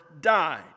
died